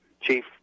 chief